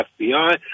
FBI